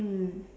mm